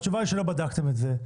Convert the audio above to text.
התשובה היא שלא בדקתם את זה,